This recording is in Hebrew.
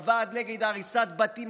הוועד נגד הריסת בתים,